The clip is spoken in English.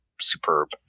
superb